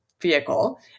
vehicle